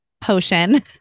potion